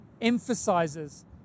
emphasizes